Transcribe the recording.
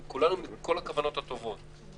עם כל הכוונות הטובות,